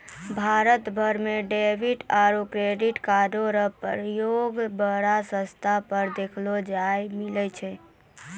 भारत भर म डेबिट आरू क्रेडिट कार्डो र प्रयोग बड़ो स्तर पर देखय ल मिलै छै